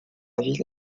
ville